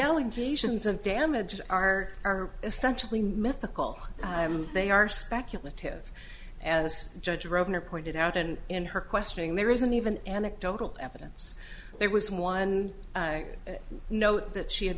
allegations of damages are are essentially mythical they are speculative as judge rovner pointed out and in her questioning there isn't even anecdotal evidence there was one note that she had